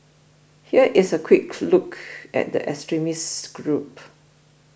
here is a quick look at the extremist group